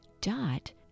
dot